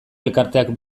elkarteak